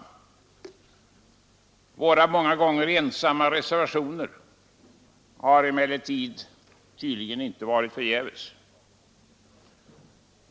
Tydligen har våra många gånger ensamma reservationer emellertid inte varit förgäves.